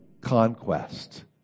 conquest